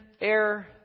air